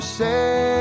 say